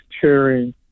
cheering